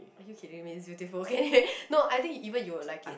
are you kidding me it's beautiful okay no I think even you will like it